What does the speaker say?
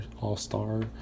all-star